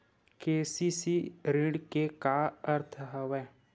KCC ऋण के का अर्थ हवय?